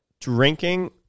drinking